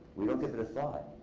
we don't give it a thought.